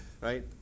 Right